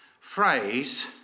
phrase